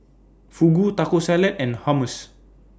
Fugu Taco Salad and Hummus